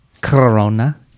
Corona